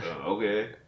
Okay